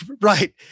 Right